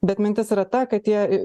bet mintis yra ta kad jie